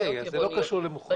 אם כן, זה לא קשור לחופים מוכרזים.